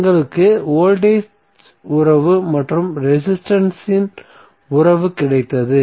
எங்களுக்கு வோல்டேஜ் உறவு மற்றும் ரெசிஸ்டன்ஸ் உறவு கிடைத்தது